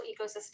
ecosystem